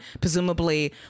presumably